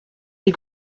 des